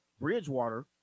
Bridgewater